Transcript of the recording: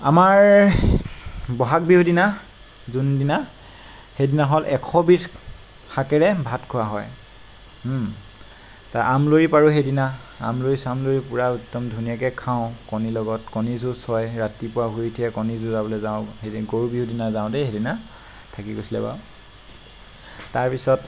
আমাৰ ব'হাগ বিহুদিনা যোনদিনা সেইদিনা হ'ল এশ বিধ শাকেৰে ভাত খোৱা হয় তে আমৰলি পাৰো সেইদিনা আমৰলি চামললি পূৰা একদম ধুনীয়াকৈ খাওঁ কণী লগত কণী যুঁজ হয় ৰাতিপুৱা শুই উঠিয়ে কণী যুঁজাবলৈ যাওঁ সেই গৰু বিহু দিনা যাওঁ দেই সেইদিনা থাকি গৈছিলে বাৰু তাৰপিছত